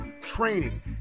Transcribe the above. training